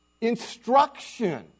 instruction